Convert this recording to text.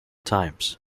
times